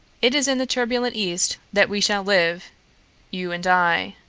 it is in the turbulent east that we shall live you and i.